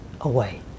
away